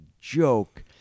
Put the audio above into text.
joke